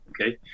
Okay